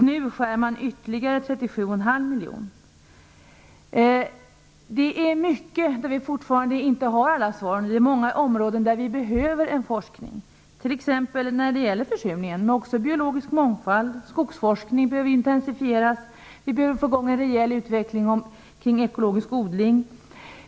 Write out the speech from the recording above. Nu skär man bort ytterligare 37,5 miljoner. Det finns många områden där vi ännu inte har alla svar och där vi behöver forskning. Det gäller t.ex. försurningen och biologisk mångfald. Skogsforskningen behöver intensifieras, och vi behöver få i gång utvecklingen av ekologisk odling.